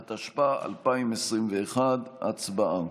התשפ"א 2021. הצבעה.